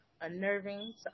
unnerving